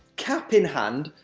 cap in hand,